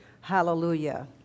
Hallelujah